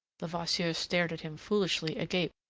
levasseur stared at him foolishly agape.